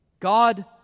God